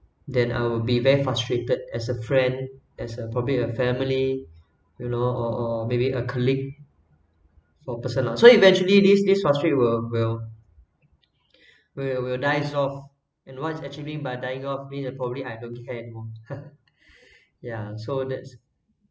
then I'll be very frustrated as a friend as a probably a family you know or or maybe a colleague for personal so eventually this this frustrate will will will will dies off and what actually means by dying off mean that probably I don't care anymore yeah so that's